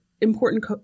important